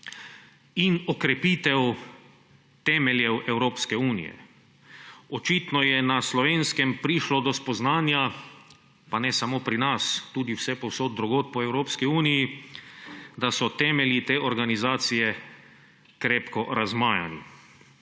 in okrepitev temeljev Evropske unije. Očitno je na Slovenskem prišlo do spoznanja, pa ne samo pri nas, tudi vsepovsod drugod po Evropski uniji, da so temelji te organizacije krepko razmajani.